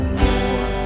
more